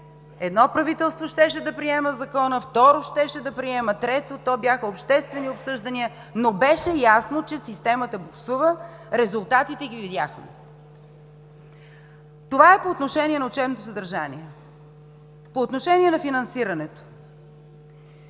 едно правителство щеше да приема Закона, второ щеше да приема, трето, то бяха обществени обсъждания, но беше ясно, че системата буксува, резултатите ги видяхме. Това е по отношение на учебното съдържание. По отношение на финансирането.